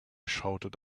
shouted